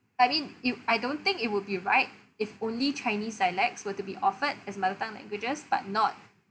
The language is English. I mean you I don't think it would be right if only chinese dialects were to be offered as mother tongue languages but not